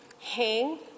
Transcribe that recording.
hang